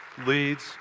leads